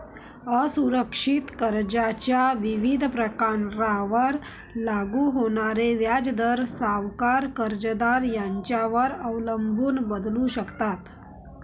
असुरक्षित कर्जाच्या विविध प्रकारांवर लागू होणारे व्याजदर सावकार, कर्जदार यांच्यावर अवलंबून बदलू शकतात